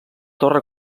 torre